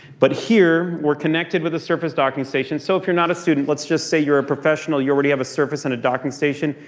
but here we're connected with a surface docking station. so if you're not a student, let's just say you're a professional. you already have a surface and a docking station.